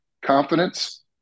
confidence